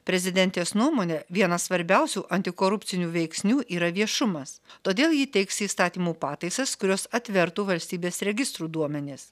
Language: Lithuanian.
prezidentės nuomone vienas svarbiausių antikorupcinių veiksnių yra viešumas todėl ji teiks įstatymų pataisas kurios atvertų valstybės registrų duomenis